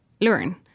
learn